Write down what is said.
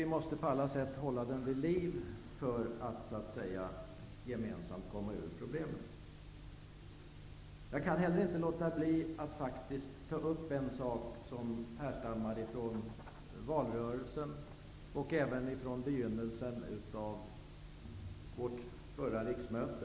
Vi måste på alla sätt hålla kampen vid liv för att gemensamt ta oss ur problemen. Jag kan inte heller låta bli att ta upp en sak som härstammar från valrörelsen och från begynnelsen av vårt förra riksmöte.